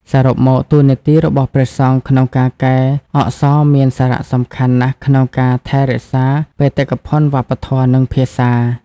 សរុបមក តួនាទីរបស់ព្រះសង្ឃក្នុងការកែអក្សរមានសារៈសំខាន់ណាស់ក្នុងការ ថែរក្សាបេតិកភណ្ឌវប្បធម៌ និងភាសា។